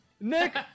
Nick